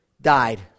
died